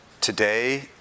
today